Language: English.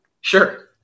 Sure